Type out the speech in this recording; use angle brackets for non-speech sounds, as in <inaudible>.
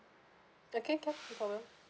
okay can <noise> no problem